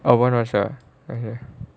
oh போன வருஷமா:pona varushamaa okay